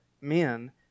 men